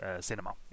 cinema